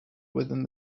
within